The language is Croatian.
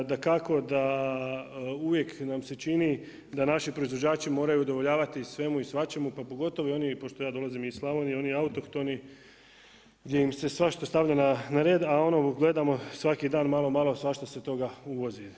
Dakako da uvijek nam se čini da naši proizvođači moraju udovoljavati svemu i svačemu, pa pogotovo i oni pošto ja dolazim iz Slavonije oni autohtoni gdje im se svašta stavlja na red, a ono gledamo svaki dan malo, malo svašta se toga uvozi.